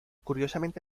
curiosamente